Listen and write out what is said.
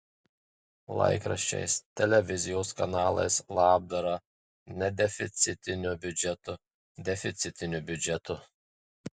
laikraščiais televizijos kanalais labdara nedeficitiniu biudžetu deficitiniu biudžetu